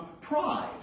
pride